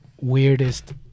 weirdest